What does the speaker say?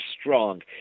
Strong